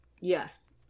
Yes